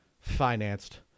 financed